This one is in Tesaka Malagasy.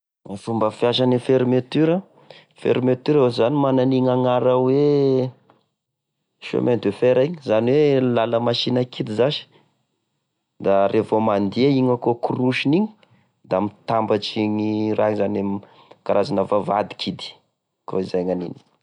E fomba fiasane fermetura, fermetura zany mana an'igny agnara hoe: chemin de fer igny! zany oe lala masina kidy zasy! Da rehefa mandeha igny akô korosiny igny, da mitambatry iny raha iny, karazana vavahady kidy akoa zay ny agniny.